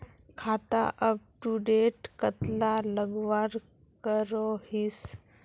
खाता अपटूडेट कतला लगवार करोहीस?